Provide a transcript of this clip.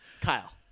Kyle